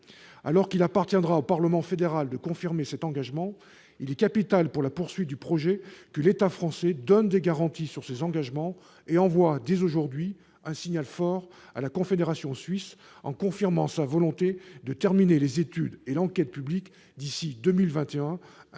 Alors qu'il appartiendra au Parlement fédéral de confirmer cet engagement, il est capital pour la poursuite du projet que l'État français donne des garanties sur ses engagements et envoie, dès aujourd'hui, un signal fort à la Confédération helvétique en confirmant sa volonté de terminer les études et l'enquête publique d'ici à 2021